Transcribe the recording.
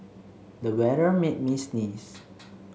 the weather made me sneeze